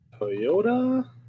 Toyota